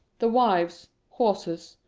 the wives, horses,